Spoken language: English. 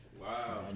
Wow